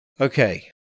Okay